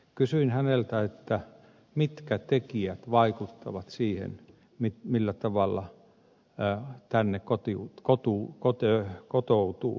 kysyin häneltä mitkä tekijät vaikuttavat siihen millä tavalla tänne kotoutuu